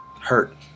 hurt